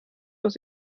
aus